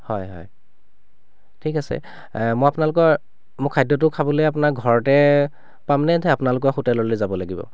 হয় হয় ঠিক আছে মই আপোনালোকৰ মো খাদ্যটো খাবলৈ আপোনাৰ ঘৰতে পামনে নে তে আপোনালোকৰ হোটেললৈ যাব লাগিব